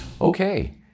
Okay